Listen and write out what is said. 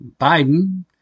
Biden